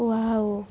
wow